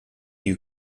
you